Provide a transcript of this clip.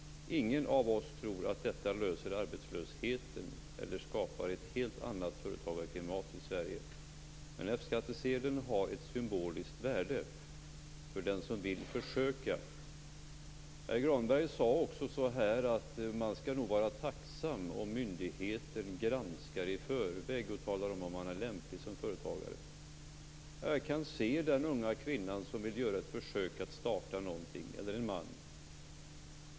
Ingen av oss tror att detta löser arbetslösheten eller skapar ett helt annat företagarklimat i Sverige. Men F skattsedeln har ett symboliskt värde för den som vill försöka. Herr Granberg sade att man nog skall vara tacksam om myndigheten granskar i förväg och talar om huruvida man är lämplig som företagare. Jag kan se den unga kvinna eller man som vill göra ett försök att starta någonting.